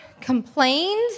complained